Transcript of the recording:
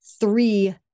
three